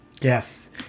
Yes